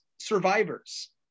Survivors